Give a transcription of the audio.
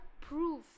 proof